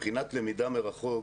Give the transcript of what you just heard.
מבחינת למידה מרחוק,